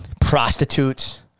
Prostitutes